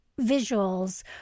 visuals